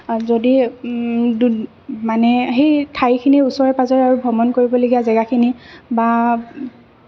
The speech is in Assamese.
আৰু যদি মানে সেই ঠাইখিনিৰ ওচৰে পাঁজৰে আৰু ভ্ৰমণ কৰিবলগীয়া জেগাখিনি বা